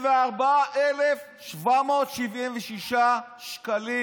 ו-74,776 שקלים.